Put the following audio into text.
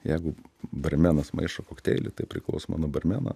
jeigu barmenas maišo kokteilį tai priklausoma nuo barmeno